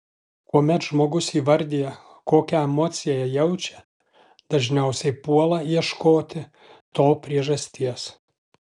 kuomet žmogus įvardija kokią emociją jaučia dažniausiai puola ieškoti to priežasties